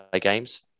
games